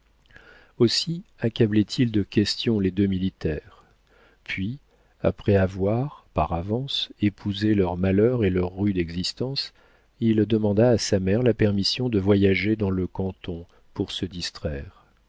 aussi accablait il de questions les deux militaires puis après avoir par avance épousé leurs malheurs et leur rude existence il demandait à sa mère la permission de voyager dans le canton pour se distraire